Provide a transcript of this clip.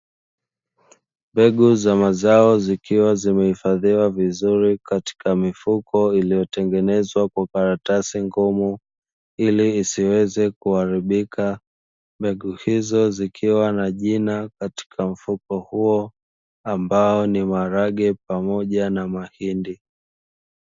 Mbegu za mazao zikiwa zimehifadhiwa vizuri katika mifuko iliyotengenezwa kwa karatasi ngumu ili isiweze kuharibika. Mbegu hizo zikiwa na jina katika mfuko huo ambao ni maharage pamoja na mahindi.